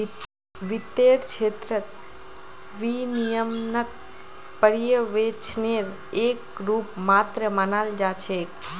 वित्तेर क्षेत्रत विनियमनक पर्यवेक्षनेर एक रूप मात्र मानाल जा छेक